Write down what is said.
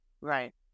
right